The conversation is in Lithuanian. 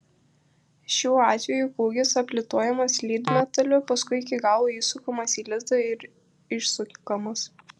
šiuo atveju kūgis aplituojamas lydmetaliu paskui iki galo įsukamas į lizdą ir išsukamas